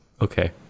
Okay